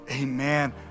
amen